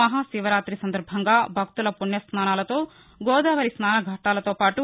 మహాశివరాతి సందర్బంగా భక్తుల పుణ్యస్నానాలతో గోదావరి స్నాన ఘాట్లతో పాటు